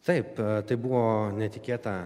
taip tai buvo netikėta